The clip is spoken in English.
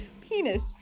penis